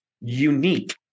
unique